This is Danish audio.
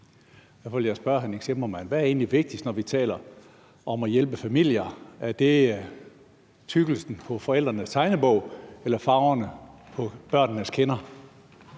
egentlig vigtigst, når vi taler om at hjælpe familier – er det tykkelsen på forældrenes tegnebog eller farven på børnenes kinder?